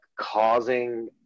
causing